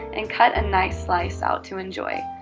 and cut a nice slice out to enjoy.